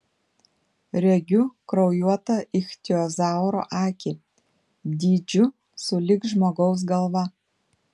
regiu kraujuotą ichtiozauro akį dydžiu sulig žmogaus galva